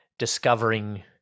discovering